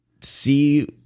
see